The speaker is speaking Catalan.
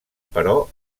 però